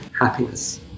happiness